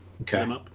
Okay